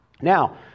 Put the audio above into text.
now